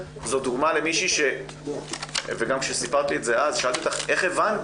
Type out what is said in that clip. גם כשסיפרת לי את זה אז, שאלתי אותך: איך הבנת?